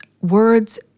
words